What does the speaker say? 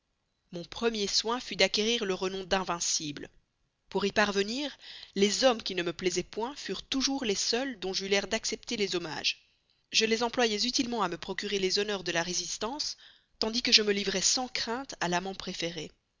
mon premier soin fut d'acquérir le renom d'invincible pour y parvenir les hommes qui ne me plaisaient point furent toujours les seuls dont j'eus l'air d'accepter les hommages je les employais utilement à me procurer les honneurs de la résistance tandis que je me livrais sans crainte à l'amant préféré